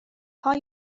call